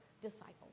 disciple